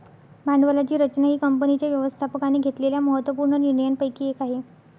भांडवलाची रचना ही कंपनीच्या व्यवस्थापकाने घेतलेल्या महत्त्व पूर्ण निर्णयांपैकी एक आहे